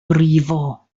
brifo